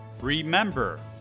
Remember